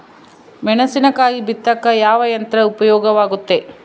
ಮೆಣಸಿನಕಾಯಿ ಬಿತ್ತಾಕ ಯಾವ ಯಂತ್ರ ಉಪಯೋಗವಾಗುತ್ತೆ?